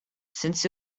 since